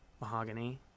mahogany